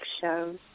shows